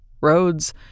roads